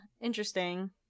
interesting